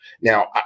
Now